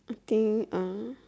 I think uh